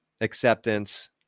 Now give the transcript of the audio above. acceptance